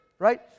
right